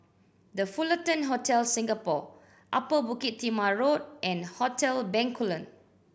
The Fullerton Hotel Singapore Upper Bukit Timah Road and Hotel Bencoolen